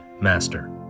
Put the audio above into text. master